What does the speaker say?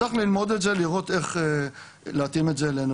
צריך ללמוד את זה, לראות איך להתאים את זה אלינו.